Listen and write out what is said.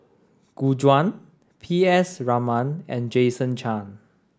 Gu Juan P S Raman and Jason Chan